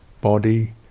body